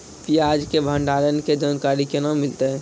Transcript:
प्याज के भंडारण के जानकारी केना मिलतै?